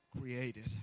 created